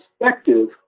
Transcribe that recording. perspective